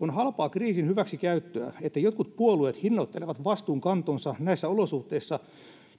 on halpaa kriisin hyväksikäyttöä että jotkut puolueet hinnoittelevat vastuunkantonsa näissä olosuhteissa